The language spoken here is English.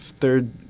third